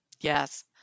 Yes